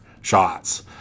shots